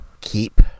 keep